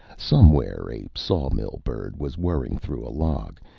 somewhere a sawmill bird was whirring through a log,